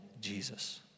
Jesus